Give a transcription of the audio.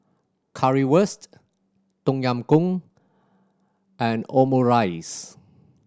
Currywurst Tom Yam Goong and Omurice